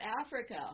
Africa